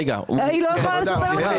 היא לא יכולה לספר לך את